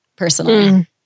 Personally